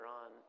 on